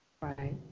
Right